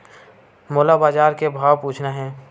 मोला बजार के भाव पूछना हे?